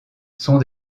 sont